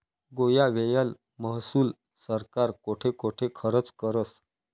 गोया व्हयेल महसूल सरकार कोठे कोठे खरचं करस?